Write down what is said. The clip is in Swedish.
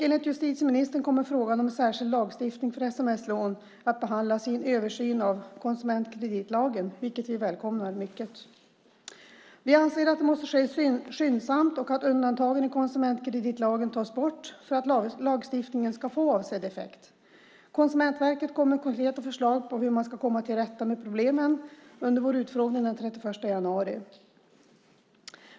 Enligt justitieministern kommer frågan om en särskild lagstiftning för sms-lån att behandlas i en översyn av konsumentkreditlagen, vilket vi välkomnar mycket. Vi anser att detta måste ske skyndsamt och att undantagen i konsumentkreditlagen måste tas bort för att lagstiftningen ska få avsedd effekt. Konsumentverket kom med konkreta förslag på hur man ska komma till rätta med problemen under vår utfrågning den 31 januari.